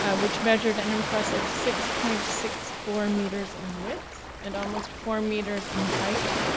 ah which measured an impressive six point six four meters in width and almost four meters in height.